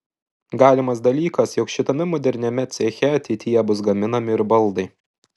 galimas dalykas jog šitame moderniame ceche ateityje bus gaminami ir baldai